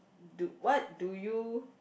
do what do you